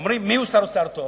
אומרים: שר אוצר טוב